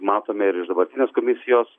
matome ir iš dabartinės komisijos